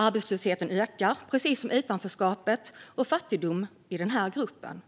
Arbetslösheten ökar, precis som utanförskapet och fattigdomen, i den här gruppen.